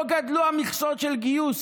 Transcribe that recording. לא גדלו המכסות של גיוס